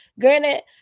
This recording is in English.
Granted